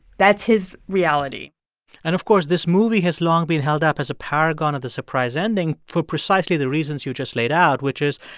that's his reality and, of course, this movie has long been held up as a paragon of the surprise ending for precisely the reasons you just laid out, which is,